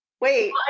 wait